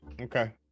Okay